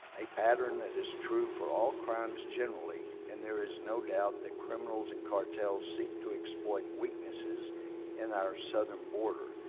a pattern that is true for all crimes generally, and there is no doubt that criminals and cartels seek to exploit weak it is is in our southern borders.